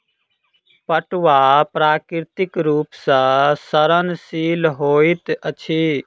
पटुआ प्राकृतिक रूप सॅ सड़नशील होइत अछि